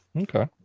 Okay